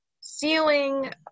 Ceiling